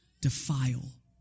defile